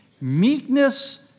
Meekness